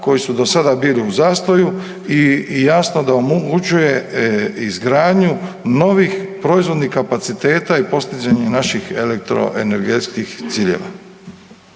koje su do sada bili u zastoju i jasno da omogućuje izgradnju novih proizvodnih kapaciteta i postizanje naših elektroenergetskih ciljeva.